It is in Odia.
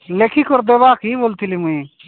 ଲେଖିକରି ଦେବା କି କହୁଥିଲି ମୁଁ